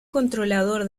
controlador